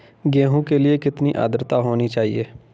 गेहूँ के लिए कितनी आद्रता होनी चाहिए?